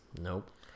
Nope